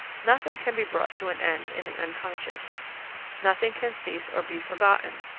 nothing can be brought to an end in the unconscious nothing can cease or be forgotten.